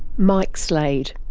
mike slade.